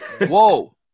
Whoa